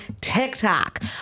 TikTok